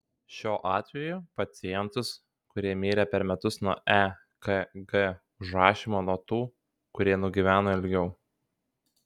šiuo atveju pacientus kurie mirė per metus nuo ekg užrašymo nuo tų kurie nugyveno ilgiau